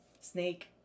snake